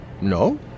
no